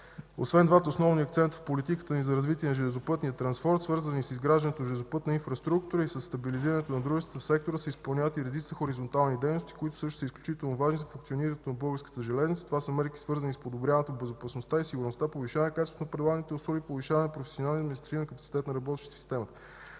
Освен двата основни акцента в политиката ни за развитието на железопътния транспорт, свързани с изграждането на железопътна инфраструктура и със стабилизирането на дружествата в сектора, се изпълняват и редица хоризонтални дейности, които също са изключително важни за функционирането на Българските железници. Това са мерки, свързани с подобряване безопасността и сигурността, повишаване качеството на предлаганите услуги, повишаване професионалния и административен капацитет на работещите в системата.